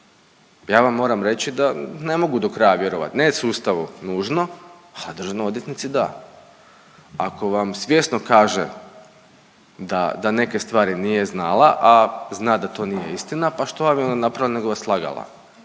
Ja vam moram reći da ne mogu do kraja vjerovat, ne sustavu nužno, a državnoj odvjetnici da. Ako vam svjesno kaže da neke stvari nije znala, a zna da to nije istina. Pa što vam je onda napravila nego vas lagala.